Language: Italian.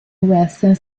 western